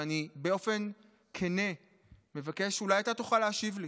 ואני באופן כן מבקש שאולי אתה תוכל להשיב לי.